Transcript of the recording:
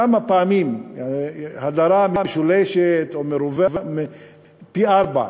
כמה פעמים הדרה משולשת או פי-ארבעה.